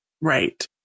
Right